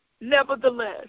nevertheless